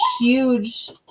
huge